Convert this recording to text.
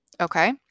Okay